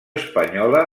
espanyola